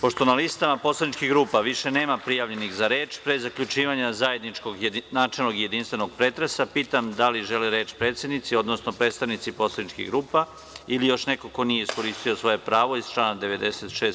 Pošto na listama poslaničkih grupa više nema prijavljenih za reč, pre zaključivanja zajedničkog načelnog i jedinstvenog pretresa, pitam da li žele reč predsednici, odnosno predstavnici poslaničkih grupa ili još neko ko nije iskoristio svoje pravo iz člana 96.